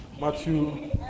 Matthew